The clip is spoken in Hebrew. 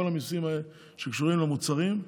כל המיסים שקשורים למוצרים,